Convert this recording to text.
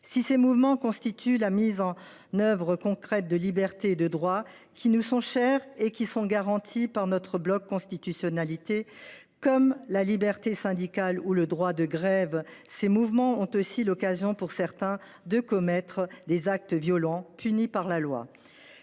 Si ces mouvements constituent la mise en œuvre concrète de libertés et de droits qui nous sont chers et qui sont garantis par notre bloc de constitutionnalité, comme la liberté syndicale ou le droit de grève, ces mouvements ont aussi été l’occasion pour certains de commettre des actes violents, punis par la loi.